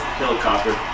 helicopter